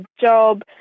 job